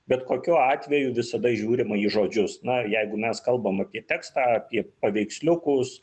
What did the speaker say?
bet kokiu atveju visada žiūrima į žodžius na jeigu mes kalbam apie tekstą apie paveiksliukus